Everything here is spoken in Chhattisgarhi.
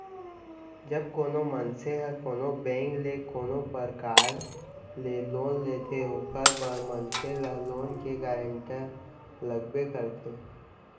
जब कोनो मनसे ह कोनो बेंक ले कोनो परकार ले लोन लेथे ओखर बर मनसे ल लोन के गारेंटर लगबे करथे